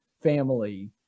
family